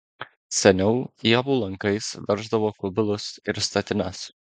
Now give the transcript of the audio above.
seniau ievų lankais verždavo kubilus ir statines